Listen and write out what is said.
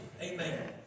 Amen